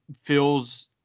feels